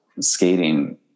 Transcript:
skating